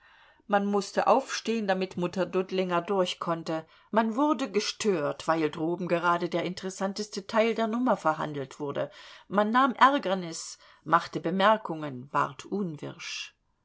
man mußte aufstehen damit mutter dudlinger durchkonnte man wurde gestört weil droben gerade der interessanteste teil der nummer verhandelt wurde man nahm ärgernis machte bemerkungen ward unwirsch